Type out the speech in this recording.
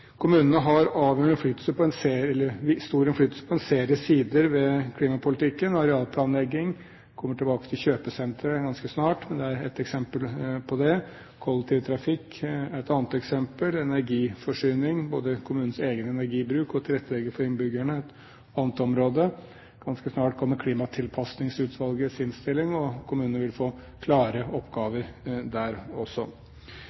på det – kollektivtrafikk er et annet eksempel. Energiforsyning, både kommunens egen energibruk og tilrettelegging for innbyggerne, er et annet område. Ganske snart kommer klimatilpasningsutvalgets innstilling, og kommunene vil få klare oppgaver der også. Til slutt vil jeg peke på et